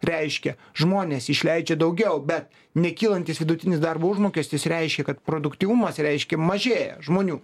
reiškia žmonės išleidžia daugiau bet nekylantis vidutinis darbo užmokestis reiškia kad produktyvumas reiškia mažėja žmonių